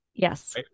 Yes